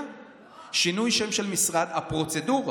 הפרוצדורה